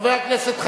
חבר הכנסת חנין,